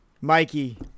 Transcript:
Mikey